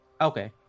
Okay